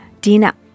Dina